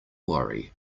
worry